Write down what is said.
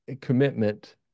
commitment